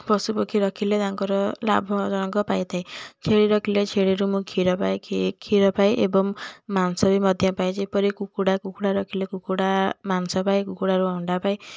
ପଶୁପକ୍ଷୀ ରଖିଲେ ତାଙ୍କର ଲାଭ ଜଣଙ୍କ ପାଇଥାଏ ଛେଳି ରଖିଲେ ଛେଳିରୁ ମୁଁ କ୍ଷୀର ପାଇକି କ୍ଷୀର ପାଏ ଏବଂ ମାଂସ ବି ମଧ୍ୟ ପାଏ ଯେପରି କୁକୁଡ଼ା କୁକୁଡ଼ା ରଖିଲେ କୁକୁଡ଼ା ମାଂସ ପାଏ କୁକୁଡ଼ାରୁ ଅଣ୍ଡା ପାଏ